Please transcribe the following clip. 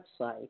website